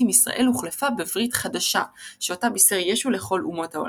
עם ישראל הוחלפה בברית חדשה שאותה בישר ישו לכל אומות העולם.